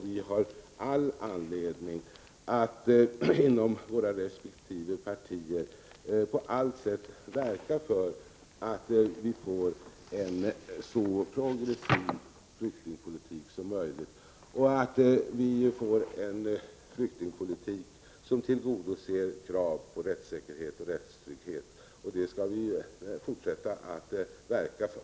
Vi har all anledning att inom våra resp. partier på allt sätt verka för att vi får en så progressiv flyktingpolitik som möjligt och att vi får en flyktingpolitik som tillgodoser krav på rättssäkerhet och rättstrygghet. Det skall vi fortsätta att verka för.